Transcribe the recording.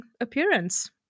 appearance